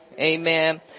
Amen